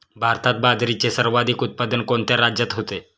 भारतात बाजरीचे सर्वाधिक उत्पादन कोणत्या राज्यात होते?